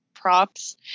props